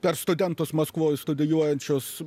per studentus maskvoj studijuojančius